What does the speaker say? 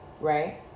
right